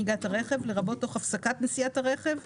תוך הפסקת נסיעת הרכב,